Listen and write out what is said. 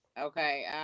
Okay